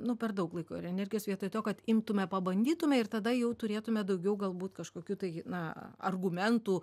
nu per daug laiko ir energijos vietoj to kad imtume pabandytume ir tada jau turėtume daugiau galbūt kažkokių tai na argumentų